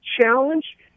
challenge